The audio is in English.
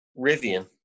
Rivian